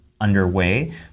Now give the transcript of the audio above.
underway